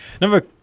Number